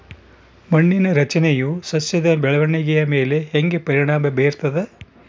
ಮಣ್ಣಿನ ರಚನೆಯು ಸಸ್ಯದ ಬೆಳವಣಿಗೆಯ ಮೇಲೆ ಹೆಂಗ ಪರಿಣಾಮ ಬೇರ್ತದ?